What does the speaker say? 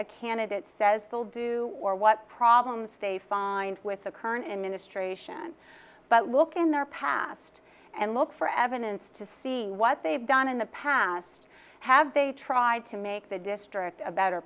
a candidate says they'll do or what problems they find with the current administration but look in their past and look for evidence to see what they've done in the past have they tried to make the district a better